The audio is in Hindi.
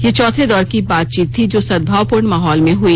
यह चौथे दौर की बातचीत थी जो सद्भावपूर्ण माहौल में हुई